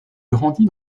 grandit